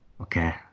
Okay